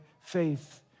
faith